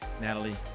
Natalie